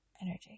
energy